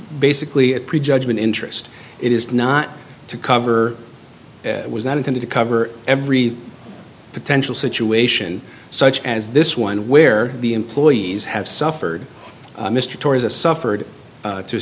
basically a pre judgment interest it is not to cover was not intended to cover every potential situation such as this one where the employees have suffered mr torres a suffered through